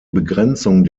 begrenzung